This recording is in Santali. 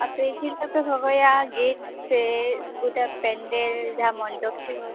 ᱟᱯᱮ ᱪᱮᱫ ᱞᱮᱠᱟ ᱯᱮ ᱦᱚᱦᱚᱭᱟ ᱜᱮᱴ ᱥᱮ ᱴᱩ ᱫᱟ ᱯᱮᱱᱰᱮᱞ ᱡᱟᱦᱟᱸ ᱢᱚᱱᱰᱚᱯ ᱴᱷᱮᱱ ᱦᱚᱸ